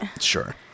Sure